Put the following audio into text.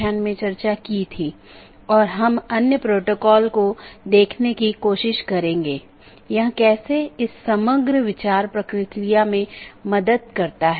BGP या border gateway protocol बाहरी routing protocol है जो ऑटॉनमस सिस्टमों के पार पैकेट को सही तरीके से रूट करने में मदद करता है